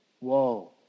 Whoa